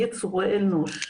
יצורי אנוש,